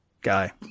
guy